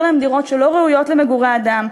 להם דירות שלא ראויות למגורי אדם,